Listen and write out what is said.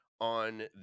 on